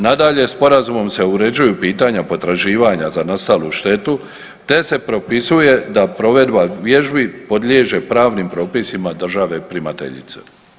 Nadalje, Sporazumom se uređuju pitanja potraživanja za nastalu štetu te se propisuje da provedba vježbi podliježe pravnim propisima države primateljice.